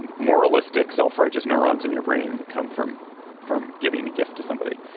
and moralistic, self-righteous neurons in your brain that come from from giving a gift to somebody.